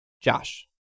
Josh